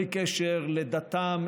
בלי קשר לדתם,